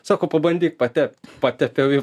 sako pabandyk patept patepiau ir